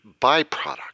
byproduct